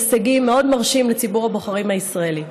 מרשים של הישגים לציבור הבוחרים הישראלי.